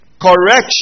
Correction